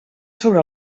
sobre